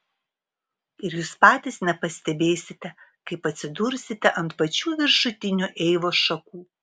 ir jūs patys nepastebėsite kaip atsidursite ant pačių viršutinių eivos šakų